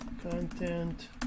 content